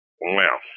Wow